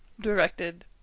directed